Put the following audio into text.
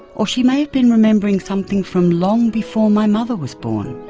or she may have been remembering something from long before my mother was born.